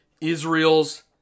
Israel's